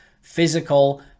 physical